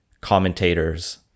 commentators